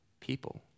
people